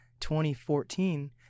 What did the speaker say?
2014 –